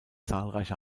zahlreiche